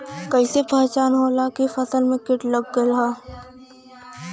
कैसे पहचान होला की फसल में कीट लग गईल बा?